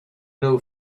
new